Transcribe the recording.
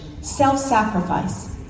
self-sacrifice